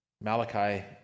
Malachi